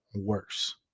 worse